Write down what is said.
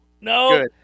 no